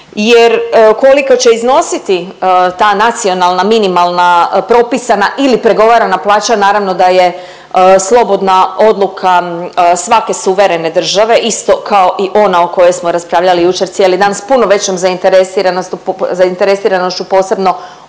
jer koliko će iznositi ta nacionalna minimalna propisana ili pregovarana plaća, naravno da je slobodna odluka svake suverene države, isto kao i ona o kojoj smo raspravljali jučer cijeli dan s puno većom zainteresiranošću posebno ovog